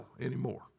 anymore